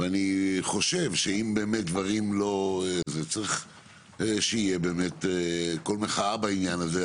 אני חושב שצריך שיהיה קול מחאה בעניין הזה,